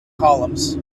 columns